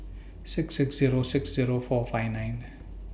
six six Zero six Zero four five nine